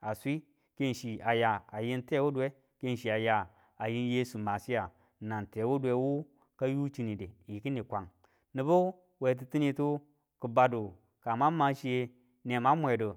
a swi, ken chi a ya a yim tewuduwe ken chi aya a yim yesu masiya nang te wuduwe wu kaye chinide yi kini kwang. Nibu we titinitu ki badu ka mwang ma chiye nemwan mwedu